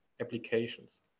applications